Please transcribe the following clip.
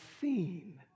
seen